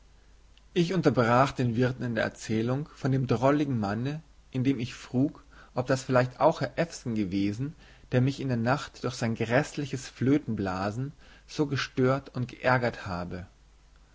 ich unterbrach den wirt in der erzählung von dem drolligen manne indem ich frug ob das vielleicht auch herr ewson gewesen der mich in der nacht durch sein gräßliches flötenblasen so gestört und geärgert habe